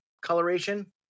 coloration